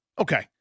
Okay